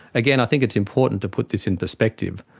again i think it's important to put this in perspective,